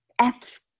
apps